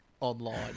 online